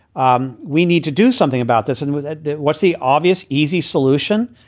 um we need to do something about this. and with what's the obvious easy solution?